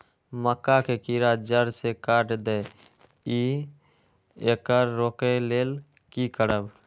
मक्का के कीरा जड़ से काट देय ईय येकर रोके लेल की करब?